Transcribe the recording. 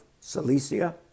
Cilicia